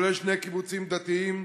כולל שני קיבוצים דתיים